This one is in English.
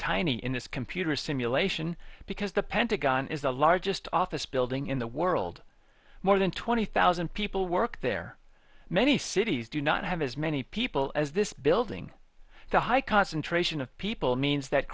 tiny in this computer simulation because the pentagon is the largest office building in the world more than twenty thousand people work there many cities do not have as many people as this building the high concentration of people means that